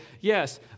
yes